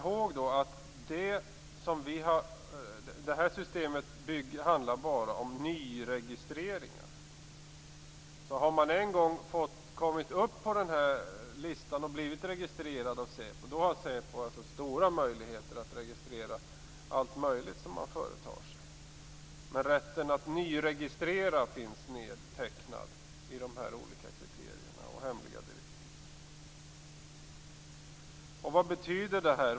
Man skall då komma ihåg att det här bara gäller nyregistreringar. Har man en gång kommit upp på listan och blivit registrerad av säpo har säpo stora möjligheter att registrera allt möjligt som man företar sig. Men rätten att nyregistrera finns nedtecknad i de här olika kriterierna och hemliga direktiven. Vad betyder det här?